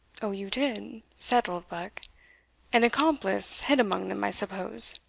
oh, you did? said oldbuck an accomplice hid among them, i suppose?